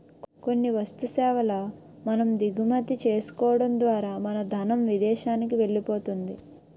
కొన్ని వస్తు సేవల మనం దిగుమతి చేసుకోవడం ద్వారా మన ధనం విదేశానికి వెళ్ళిపోతుంది